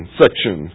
section